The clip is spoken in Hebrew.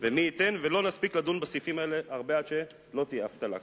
ומי ייתן ולא נספיק לדון בסעיפים האלה הרבה עד שלא תהיה אבטלה.